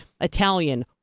Italian